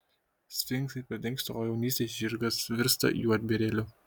sfinksai pradingsta o jaunystės žirgas virsta juodbėrėliu